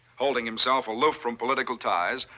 holding himself aloof from political ties,